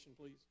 please